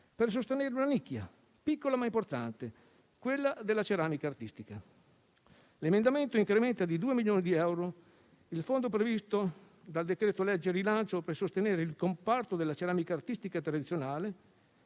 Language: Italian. per sostenere una nicchia, piccola ma importante: quella della ceramica artistica. L'emendamento incrementa di 2 milioni di euro il fondo previsto dal decreto-legge rilancio per sostenere il comparto della ceramica artistica tradizionale